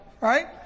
right